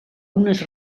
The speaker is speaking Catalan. unes